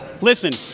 Listen